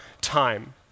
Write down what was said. time